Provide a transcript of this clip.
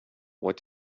what